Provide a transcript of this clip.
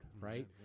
right